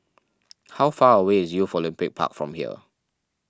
how far away is Youth Olympic Park from here